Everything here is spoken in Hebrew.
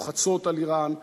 שלוחצות על אירן,